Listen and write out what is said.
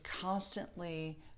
constantly